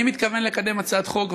אני מתכוון לקדם הצעת חוק,